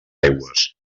aigües